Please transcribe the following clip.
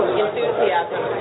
enthusiasm